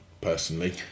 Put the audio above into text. personally